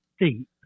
deep